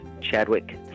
chadwick